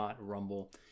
Rumble